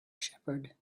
shepherd